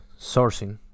sourcing